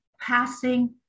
passing